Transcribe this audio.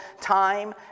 time